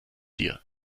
dir